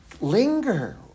linger